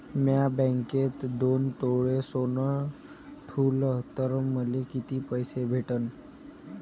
म्या बँकेत दोन तोळे सोनं ठुलं तर मले किती पैसे भेटन